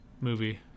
movie